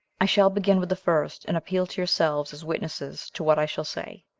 i shall begin with the first, and appeal to yourselves as witnesses to what i shall say.